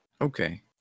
Okay